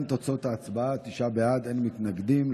להלן תוצאות ההצבעה: תשעה בעד, אין מתנגדים.